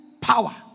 power